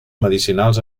medicinals